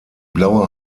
blaue